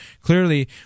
Clearly